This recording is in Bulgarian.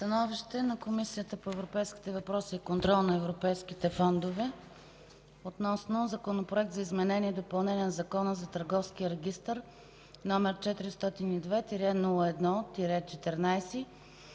„СТАНОВИЩЕ на Комисията по европейските въпроси и контрол на европейските фондове относно Законопроект за изменение и допълнение на Закона за търговския регистър, № 402-01-14,